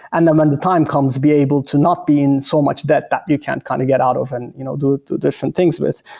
and the and time comes, be able to not be in so much debt that you can kind of get out of and you know do different things with.